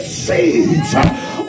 seeds